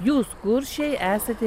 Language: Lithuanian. jūs kuršiai esate